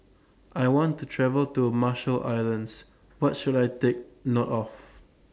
I want to travel to Marshall Islands What should I Take note of